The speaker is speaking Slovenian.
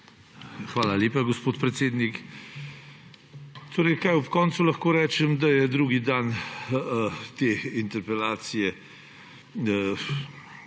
Hvala lepa, gospod predsednik. Ob koncu lahko rečem, da je drugi dan te interpelacije potekal